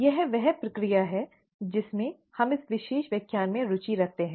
यह वह प्रक्रिया है जिसमें हम इस विशेष व्याख्यान में रुचि रखते हैं